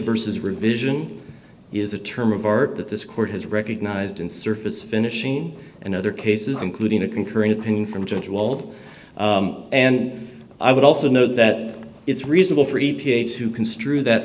versus revision is a term of art that this court has recognized and surface finishing in other cases including a concurring opinion from judge wald and i would also know that it's reasonable for e p a to construe that